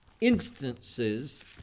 instances